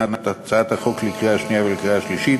בעת הכנת הצעת החוק לקריאה שנייה ולקריאה שלישית